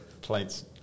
plates